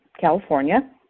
California